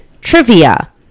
trivia